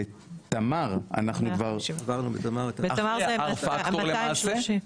בתמר אנחנו כבר- -- בתמר זה כבר ב-230.